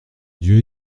dieu